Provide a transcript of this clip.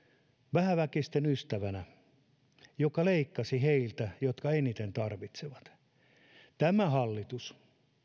vähäväkisten ystävänä joka leikkasi heiltä jotka eniten tarvitsevat tämä hallitus